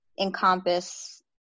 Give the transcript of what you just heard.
encompass